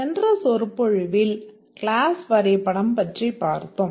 சென்ற சொற்பொழிவில் கிளாஸ் வரைபடம் பற்றி பார்த்தோம்